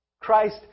Christ